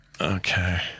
Okay